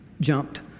jumped